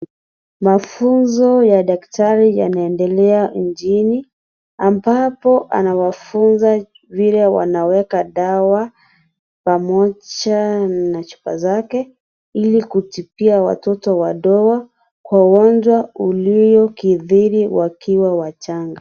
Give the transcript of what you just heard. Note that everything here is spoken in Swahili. Mafunzo ya daktari yanaendelea nchini ambapo anawafunza vile wanaweka dawa pamoja na chupa zake ili kupea watoto wadogo kwa ugonjwa ulio kithiri wakiwa wachanga.